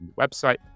website